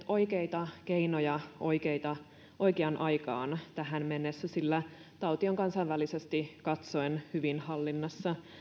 oikeita keinoja oikeaan aikaan tähän mennessä sillä tauti on kansainvälisesti katsoen hyvin hallinnassa